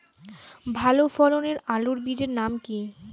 ভালো ফলনের আলুর বীজের নাম কি?